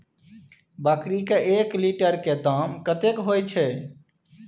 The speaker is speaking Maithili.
बकरी के एक लीटर दूध के दाम कतेक होय छै?